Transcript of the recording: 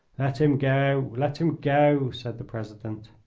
let him go! let him go! said the president.